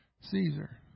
Caesar